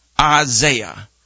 Isaiah